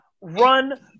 run